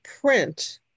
print